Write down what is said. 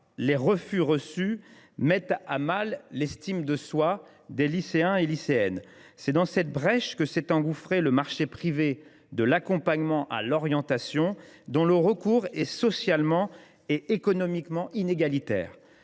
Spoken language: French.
les lycéens mettent à mal leur estime de soi. C’est dans cette brèche que s’est engouffré le marché privé de l’accompagnement à l’orientation, dont le recours est socialement et économiquement inégalitaire.